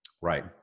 Right